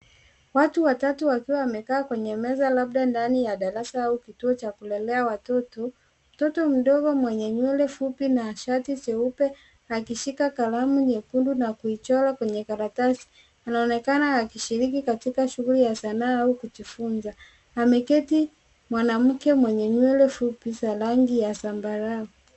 Watu watatu wakiwa wamekaa kwenye meza labda ndani ya darasa au kituo cha kulelea watoto. Mtoto mdogo mwenye nywele mfupi shati jeupe akishika kalamu nyekundu na michoro kwenye karatasi inaonekana akishiriki katika shughuli ya sana au kujifunza ameketi mwanamke nywele fupi za rangi ya sambarau.